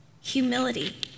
humility